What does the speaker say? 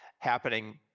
happening